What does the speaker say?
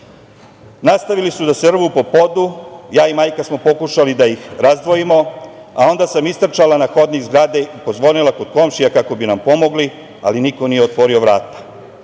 ime. Nastavili su da se rvu po podu. Ja i majka smo pokušali da ih razdvojimo, a onda sam istrčala na hodnik zgrade i pozvonila kod komšija kako bi nam pomogli, ali niko nije otvorio vrata. Jedan